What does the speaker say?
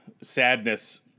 sadness